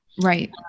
right